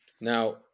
Now